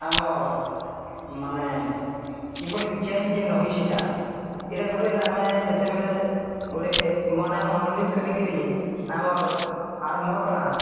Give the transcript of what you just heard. ଆମର୍ ମାନେ କିପରି ଚେଞ୍ଜ ଯେନ୍ ହେଉଛିଟା ଏଇଟା ଗୋଟେ ଆମେ ଯେତେବେଳେ ଗୋଟେ ମନେ ମନୋନିତ କରିକିରି ଆମର୍ ଆରମ୍ଭ କଲା